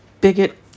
bigot